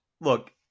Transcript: look